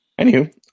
anywho